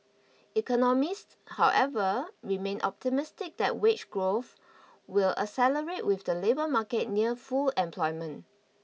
economists however remain optimistic that wage growth will accelerate with the labour market near full employment